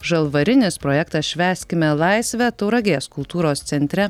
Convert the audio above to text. žalvarinis projektas švęskime laisvę tauragės kultūros centre